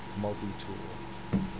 multi-tool